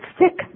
sick